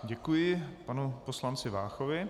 Děkuji panu poslanci Váchovi.